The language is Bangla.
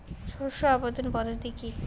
শস্য আবর্তন পদ্ধতি কি?